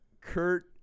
Kurt